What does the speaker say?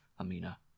Amina